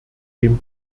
dem